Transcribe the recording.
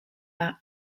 par